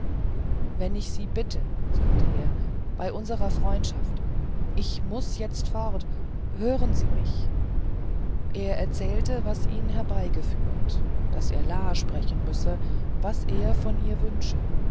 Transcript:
wenn ich sie bitte sagte er bei unserer freundschaft ich muß jetzt fort hören sie mich er erzählte was ihn herbeigeführt daß er la sprechen müsse was er von ihr wünsche